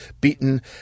beaten